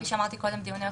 יש דיוני הוכחות,